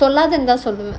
சொல்லதான்னு தான் சொல்வேன்